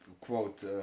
quote